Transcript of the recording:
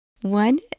One